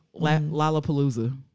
Lollapalooza